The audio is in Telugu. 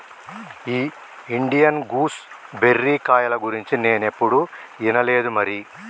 ఈ ఇండియన్ గూస్ బెర్రీ కాయల గురించి నేనేప్పుడు ఇనలేదు మరి